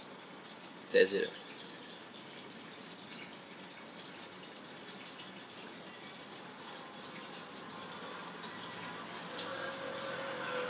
that's it